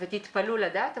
ותתפלאו לדעת,